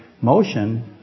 motion